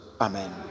Amen